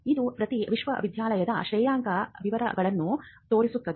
ಇದು ಪ್ರತಿ ವಿಶ್ವವಿದ್ಯಾಲಯದ ಶ್ರೇಯಾಂಕದ ವಿವರಗಳನ್ನು ತೋರಿಸುತ್ತದೆ